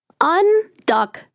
unduck